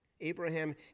Abraham